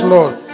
Lord